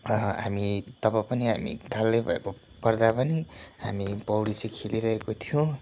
र हामी तब पनि हामी कालै भएको पर्दा पनि हामी पौडी चाहिँ खेलिरहेको थियौँ